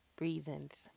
reasons